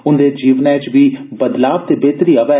उंदे जीवन च बी बदलाव ते बेहतरी आवै